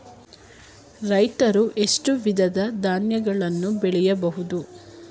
ರೈತರು ಎಷ್ಟು ವಿಧದ ಧಾನ್ಯಗಳನ್ನು ಬೆಳೆಯಬಹುದು?